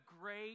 great